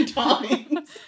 times